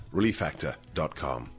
Reliefactor.com